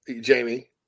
Jamie